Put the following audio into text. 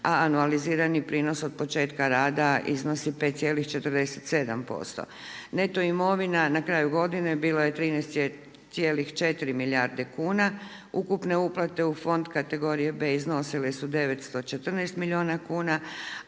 a anualizirani prinos od početka rada iznosi 5,47%. Neto imovina na kraju godine bila je 13,4 milijarde kuna ukupne uplate u fond kategorije B iznosile su 914. milijuna kuna